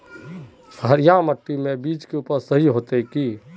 हरिया मिट्टी में बीज के उपज सही होते है?